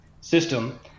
system